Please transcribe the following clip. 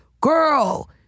girl